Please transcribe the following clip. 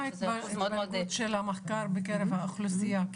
מה הפילוג של המחקר בקרב האוכלוסייה ,